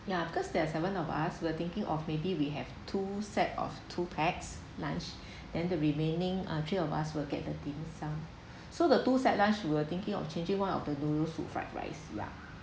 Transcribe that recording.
ya because there are seven of us we're thinking of maybe we have two set of two pax lunch then the remaining uh three of us will get the dim sum so the two set lunch we were thinking of changing one of the noodle to fried rice yeah